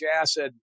acid